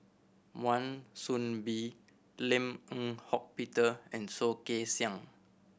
Wan Soon Bee Lim Eng Hock Peter and Soh Kay Siang